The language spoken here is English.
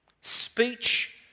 speech